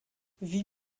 wie